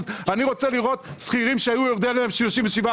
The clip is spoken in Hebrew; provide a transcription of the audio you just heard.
אני רוצה לראות שכירים שהיו יורדים להם 37%,